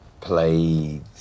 played